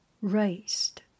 raised